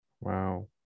Wow